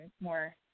more